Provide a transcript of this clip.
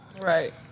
Right